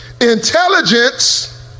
intelligence